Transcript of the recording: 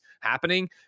happening